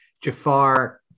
Jafar